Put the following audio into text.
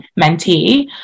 mentee